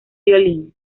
violín